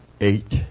Eight